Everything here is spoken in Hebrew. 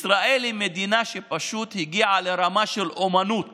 ישראל היא מדינה שפשוט הגיעה לרמה של אומנות